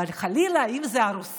אבל חלילה, אם זה הרוסים,